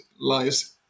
lies